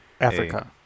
Africa